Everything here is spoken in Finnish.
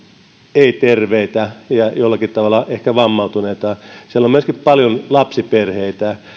ei terveitä ja jollakin tavalla ehkä vammautuneita siellä on myöskin paljon lapsiperheitä